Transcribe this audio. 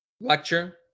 lecture